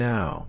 Now